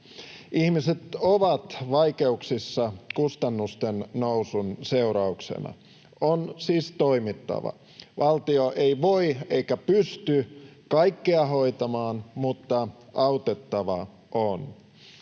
Ihmiset ovat vaikeuksissa kustannusten nousun seurauksena. On siis toimittava. Valtio ei voi eikä pysty kaikkea hoitamaan, mutta autettava on.